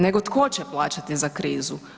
Nego tko će plaćati za krizu?